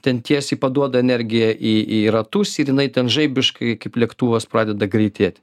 ten tiesiai paduoda energiją į į ratus ir jinai ten žaibiškai kaip lėktuvas pradeda greitėt